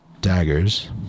daggers